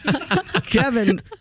Kevin